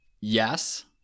Yes